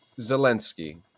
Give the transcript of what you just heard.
zelensky